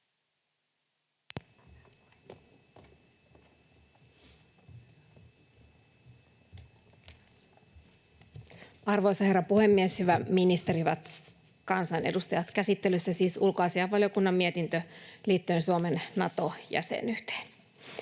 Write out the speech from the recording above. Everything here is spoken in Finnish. Arvoisa herra puhemies, hyvä ministeri, hyvät kansanedustajat! Käsittelyssä on siis ulkoasiainvaliokunnan mietintö liittyen Suomen Nato-jäsenyyteen.